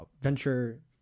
venture